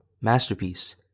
Masterpiece